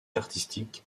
artistique